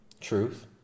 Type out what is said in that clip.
truth